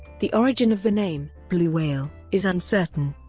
the origin of the name blue whale is uncertain.